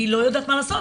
והיא לא יודעת מה לעשות.